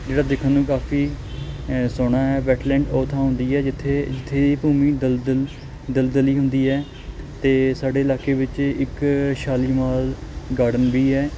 ਜਿਹੜਾ ਦੇਖਣ ਨੂੰ ਵੀ ਕਾਫ਼ੀ ਸੋਹਣਾ ਹੈ ਵੈਟਲੈਂਡ ਉਹ ਥਾਂ ਹੁੰਦੀ ਹੈ ਜਿੱਥੇ ਜਿੱਥੇ ਦੀ ਭੂਮੀ ਦਲਦਲ ਦਲਦਲੀ ਹੁੰਦੀ ਹੈ ਅਤੇ ਸਾਡੇ ਇਲਾਕੇ ਵਿੱਚ ਇੱਕ ਸ਼ਾਲੀਮਾਰ ਗਾਰਡਨ ਵੀ ਹੈ